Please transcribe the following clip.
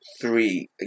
three